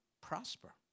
prosper